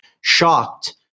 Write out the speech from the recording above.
Shocked